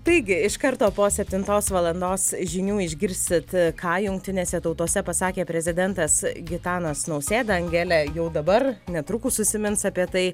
taigi iš karto po septintos valandos žinių išgirsit ką jungtinėse tautose pasakė prezidentas gitanas nausėda angelė jau dabar netrukus užsimins apie tai